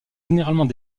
généralement